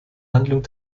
handlung